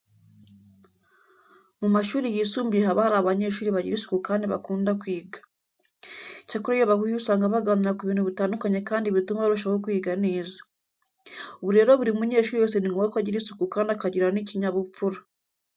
Mu mashuri yisumbuye haba hari abanyeshuri bagira isuku kandi bakunda kwiga. Icyakora iyo bahuye usanga baganira ku bintu bitandukanye kandi bituma barushaho kwiga neza. Ubu rero buri munyeshuri wese ni ngombwa ko agira isuku kandi akagira n'ikinyabupfura.